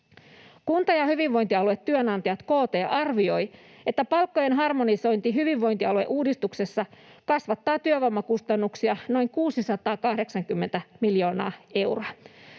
Kunta‑ ja hyvinvointialuetyönantajat KT arvioi, että palkkojen harmonisointi hyvinvointialueuudistuksessa kasvattaa työvoimakustannuksia noin 680 miljoonaa euroa.